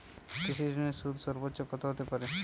কৃষিঋণের সুদ সর্বোচ্চ কত হতে পারে?